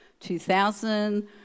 2000